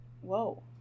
whoa